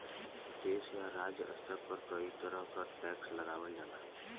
देश या राज्य स्तर पर कई तरह क टैक्स लगावल जाला